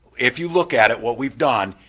if you look at it, what we've done,